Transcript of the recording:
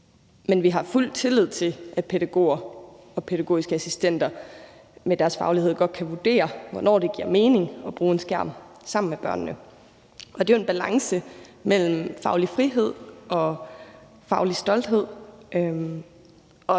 Men vi har fuld tillid til, at pædagoger og pædagogiske assistenter med deres faglighed godt kan vurdere, hvornår det giver mening at bruge en skærm sammen med børnene. Det handler jo om en balance mellem faglig frihed og faglig stolthed,